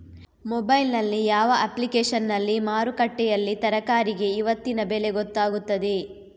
Mobile ನಲ್ಲಿ ಯಾವ ಅಪ್ಲಿಕೇಶನ್ನಲ್ಲಿ ಮಾರುಕಟ್ಟೆಯಲ್ಲಿ ತರಕಾರಿಗೆ ಇವತ್ತಿನ ಬೆಲೆ ಗೊತ್ತಾಗುತ್ತದೆ?